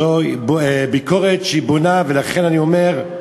זו ביקורת שהיא בונה, ולכן אני אומר: